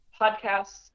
Podcasts